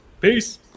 peace